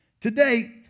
today